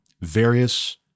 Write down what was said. various